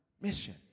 Mission